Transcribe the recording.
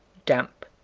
damp,